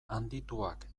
handituak